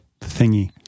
thingy